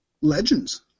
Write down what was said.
legends